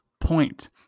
point